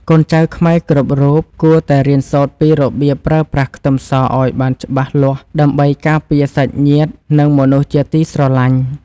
កូនចៅខ្មែរគ្រប់រូបគួរតែរៀនសូត្រពីរបៀបប្រើប្រាស់ខ្ទឹមសឱ្យបានច្បាស់លាស់ដើម្បីការពារសាច់ញាតិនិងមនុស្សជាទីស្រឡាញ់។